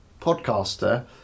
podcaster